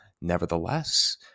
nevertheless